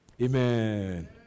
Amen